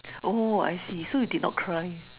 oh I see so you did not cry